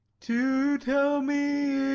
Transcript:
to tell me